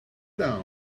down